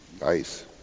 Nice